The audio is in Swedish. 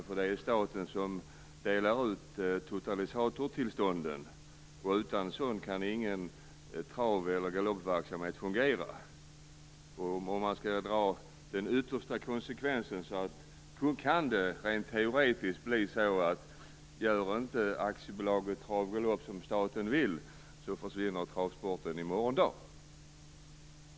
Det är staten som delar ut totalisatortillstånden, och utan sådana kan ingen trav eller galoppverksamhet fungera. Rent teoretiskt kan det därför bli så att gör inte AB Trav och Galopp som staten vill så försvinner travsporten i morgon dag.